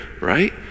right